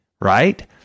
right